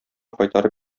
кайтарып